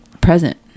present